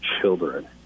children